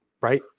right